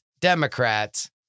Democrats